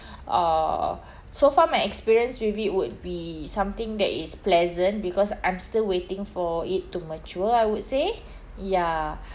uh so far my experience with it would be something that is pleasant because I'm still waiting for it to mature I would say ya